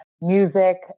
music